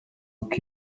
uko